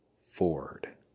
Ford